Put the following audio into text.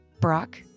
Brock